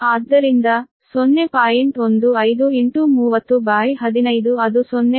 ಆದ್ದರಿಂದ ಅದು 0